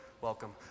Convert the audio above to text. welcome